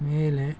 ಮೇಲೆ